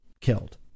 killed